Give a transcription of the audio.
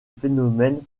phénomène